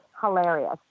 hilarious